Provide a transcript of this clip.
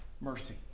mercy